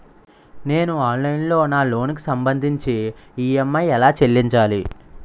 నేను ఆన్లైన్ లో నా లోన్ కి సంభందించి ఈ.ఎం.ఐ ఎలా చెల్లించాలి?